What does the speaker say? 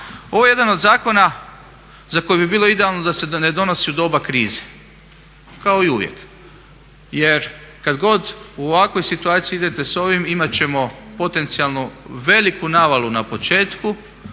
Ovo je jedan od zakona za koji bi bilo idealno da se ne donosi u doba krize kao i uvijek, jer kad god u ovakvoj situaciji idete s ovim imat ćemo potencijalno veliku navalu na početku.